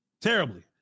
Terribly